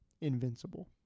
invincible